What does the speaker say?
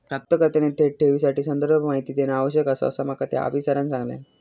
प्राप्तकर्त्याने थेट ठेवीसाठी संदर्भ माहिती देणा आवश्यक आसा, असा माका त्या आफिसरांनं सांगल्यान